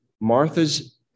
Martha's